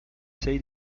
say